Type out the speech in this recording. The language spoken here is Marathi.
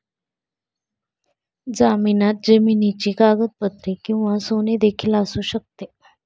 जामिनात जमिनीची कागदपत्रे किंवा सोने देखील असू शकते